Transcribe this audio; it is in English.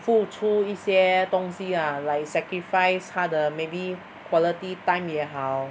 付出一些东西 ah like sacrifice 他的 maybe quality time 也好